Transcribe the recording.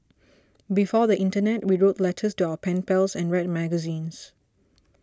before the internet we wrote letters to our pen pals and read magazines